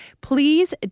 Please